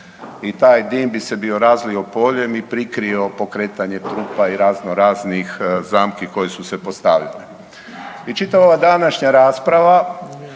I taj dim bi se bio razlio poljem i prikrio pokretanje trupa i razno raznih zamki koje su se postavljale. I čitava ova današnja rasprava,